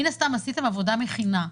מן הסתם עשיתם עבודה מכינה.